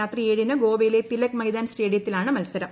രാത്രി ഏഴിന് ഗ്ലോപ്പയിലെ തിലക് മൈതാൻ സ്റ്റേഡിയത്തിലാണ് മത്സരം